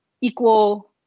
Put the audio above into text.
equal